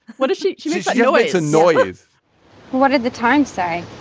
what does she she know it's a noise what did the times say.